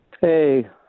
Hey